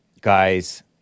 Guys